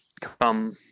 come